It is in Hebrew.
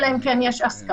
אלא אם כן יש הסכמה,